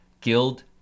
Guild